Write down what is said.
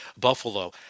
buffalo